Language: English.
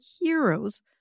heroes